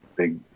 Big